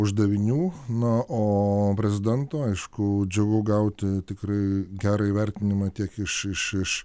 uždavinių na o prezidento aišku džiugu gauti tikrai gerą įvertinimą tiek iš iš iš